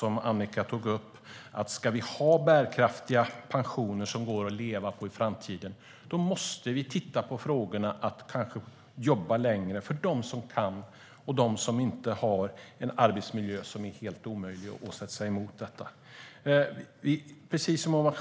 En var att om vi ska ha bärkraftiga pensioner som det går att leva på i framtiden måste vi titta på möjligheten att jobba längre. Det gäller dem som kan och som inte har en arbetsmiljö som är helt omöjlig och där man motsätter sig det.